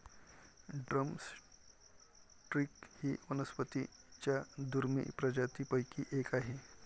drum stick ही वनस्पतीं च्या दुर्मिळ प्रजातींपैकी एक आहे